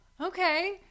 okay